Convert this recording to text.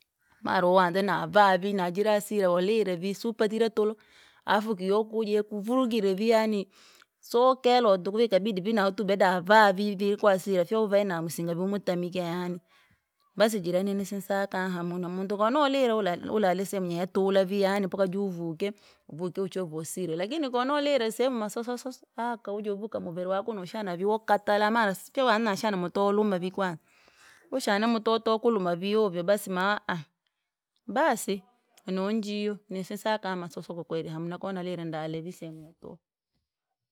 Mara uanze navaa vii na jira hasira vi walire vi surpajire ulo, afu kiyokuje yakuvurugire vii yaani, siwokelewa tuku vii ikabidi vini utubeda navaa vivi ira kwa hasira fyauvae na musinga umutamike yaani. Basi jira nini sinsaka hamuna. Muntu konoulile ula- ulale sehemu yene yatula yaani mpaka juvu kii, uvukie uchovu usile lakini koni walire sehemu masosososo aka wajovuka muviri waku woshana vii ukatala mara fyauanze nashana muto woluma ni kwanza. Ushane mutoto kuluma vi- ovya. Basi ma- aha, baasi! Nonjiyo nisinsaka masoso kwakweri hamuna konalire ndola vi sehemu yatula.